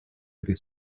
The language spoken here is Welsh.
dydd